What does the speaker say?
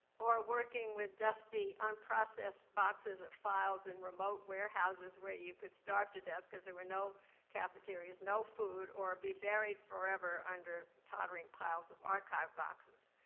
or working with dusty, unprocessed boxes of files in remote warehouses where you could starve to death cause there were no cafeterias, no food, or be buried forever under tottering piles of archive boxes.